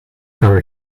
her